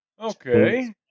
Okay